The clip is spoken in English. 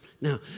Now